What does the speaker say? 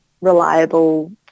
reliable